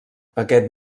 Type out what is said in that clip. aquest